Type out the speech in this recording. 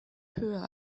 höher